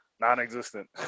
non-existent